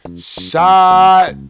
Shot